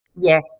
Yes